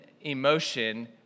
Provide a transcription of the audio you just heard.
emotion